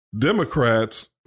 Democrats